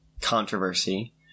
controversy